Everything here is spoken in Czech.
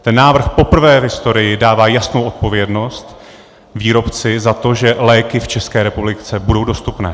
Ten návrh poprvé v historii dává jasnou odpovědnost výrobci za to, že léky v České republice budou dostupné.